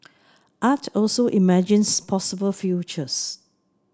art also imagines possible futures